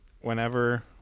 whenever